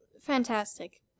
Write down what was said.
fantastic